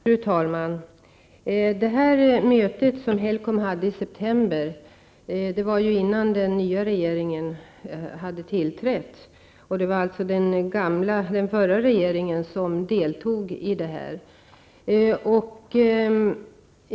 Fru talman! Det möte som Helcom hade i september ägde rum innan den nya regeringen hade tillträtt. Det var alltså den förra regeringen som deltog i mötet.